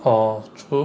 orh true